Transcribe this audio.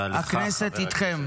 הכנסת איתכם.